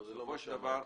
לא כך אמרתי.